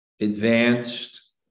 advanced